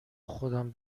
خودم